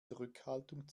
zurückhaltung